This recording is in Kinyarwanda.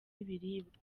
ibiribwa